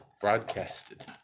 broadcasted